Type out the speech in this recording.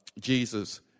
Jesus